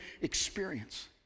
experience